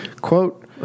Quote